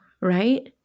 right